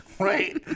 Right